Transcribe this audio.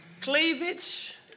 cleavage